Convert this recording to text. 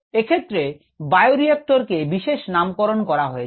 এক্ষেত্রে bioreactor কে বিশেষ নামকরণ করা হয়েছে